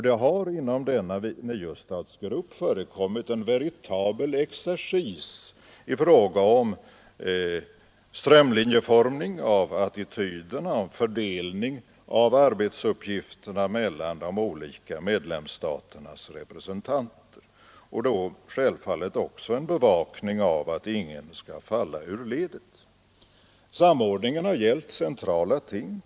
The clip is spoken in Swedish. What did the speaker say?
Det har inom denna niostatsgrupp förekommit en veritabel exercis i fråga om strömlinjeformning av attityderna och om fördelningen av arbetsuppgifterna mellan de olika medlemsstaternas representanter, och då självfallet också en bevakning av att ingen skall falla ur ledet. Samordningen har gällt centrala ting.